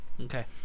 Okay